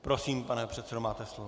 Prosím, pane předsedo, máte slovo.